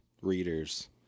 readers